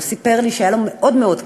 הוא סיפר לי שהיה לו מאוד מאוד קשה,